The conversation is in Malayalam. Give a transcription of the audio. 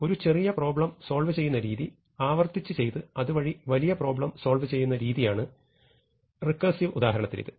ഒരു ചെറിയ പ്രോബ്ലം സോൾവ് ചെയ്യുന്ന രീതി ആവർത്തിച്ച് ചെയ്ത് അതുവഴി വലിയ പ്രോബ്ലം സോൾവ് ചെയ്യുന്ന രീതിയാണ് ആവർത്തിച്ചുള്ള ഉദാഹരണത്തിലേത്